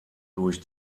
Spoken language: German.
durch